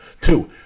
two